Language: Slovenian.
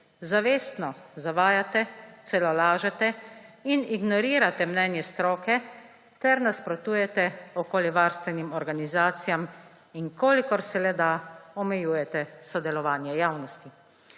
Zavestno zavajate, celo lažete in ignorirate mnenje stroke ter nasprotujete okoljevarstvenim organizacijam in kolikor se le da, omejujete sodelovanje javnosti.